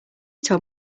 told